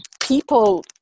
people